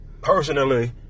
personally